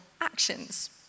actions